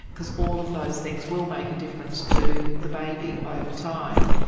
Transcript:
because all of those things will make a difference to the baby over time.